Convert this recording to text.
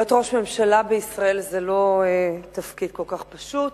להיות ראש ממשלה בישראל זה לא תפקיד כל כך פשוט.